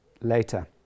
later